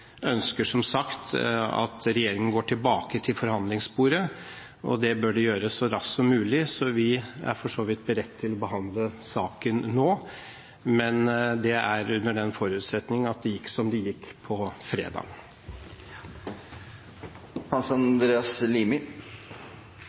ønsker som sagt at regjeringen går tilbake til forhandlingsbordet, og det bør de gjøre så raskt som mulig. Vi er for så vidt beredt til å behandle saken nå, men det er under den forutsetning at det gikk som det gikk på fredag.